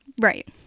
right